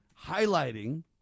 highlighting